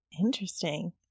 Interesting